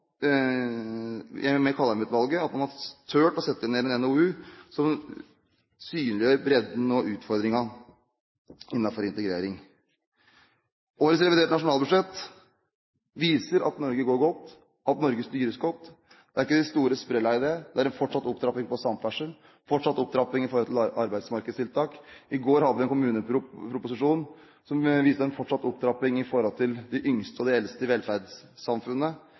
har turt å sette ned en NOU som synliggjør bredden og utfordringen innenfor integrering. Årets reviderte nasjonalbudsjett viser at Norge går godt, og at Norge styres godt. Det er ikke de store sprellene her, det er fortsatt opptrapping på samferdsel, og fortsatt opptrapping når det gjelder arbeidsmarkedstiltak. I går hadde vi en kommuneproposisjon som viste en fortsatt opptrapping når det gjaldt de yngste og eldste i velferdssamfunnet.